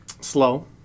Slow